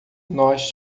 nós